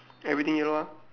everything yellow ah